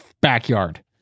backyard